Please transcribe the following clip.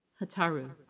Hataru